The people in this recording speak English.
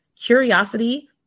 curiosity